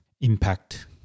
impact